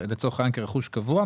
לצורך העניין כרכוש קבוע,